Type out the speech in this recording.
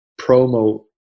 promo